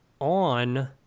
On